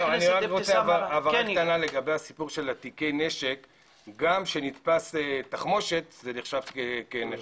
הבהרה קטנה: גם כשנתפסת תחמושת היא נחשבת ככלי נשק.